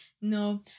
no